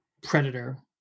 predator